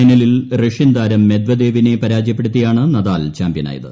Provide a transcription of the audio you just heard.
ഫൈനലിൽ റഷ്യൻ താരം മെദ്വദേവിനെ പരാജയപ്പെടുത്തിയാണ് നദാൽ ചാമ്പ്യനായത്